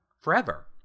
Forever